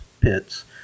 pits